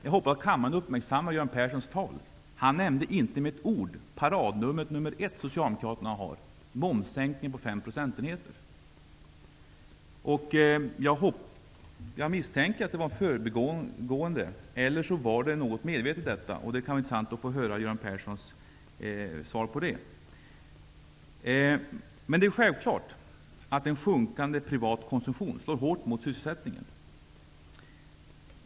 Jag hoppas att kammaren uppmärksammade Göran Perssons anförande. Han nämnde där inte med ett ord Socialdemokraternas paradnummer nr 1 -- momssänkningen på 5 procentenheter. Jag misstänker att det var ett förbiseende. Eller var detta något medvetet? Det kan vara intressant att få höra Göran Perssons svar på det. Självfallet slår en sjunkande privat konsumtion hårt mot sysselsättningen.